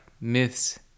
myths